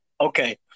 Okay